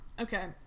Okay